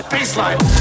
Baseline